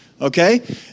okay